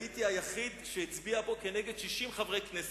כנראה, הייתי היחיד שהצביע כאן כנגד 60 חברי כנסת,